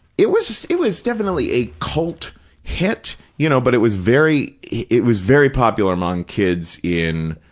it was it was definitely a cult hit, you know, but it was very, it it was very popular among kids in,